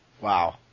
Wow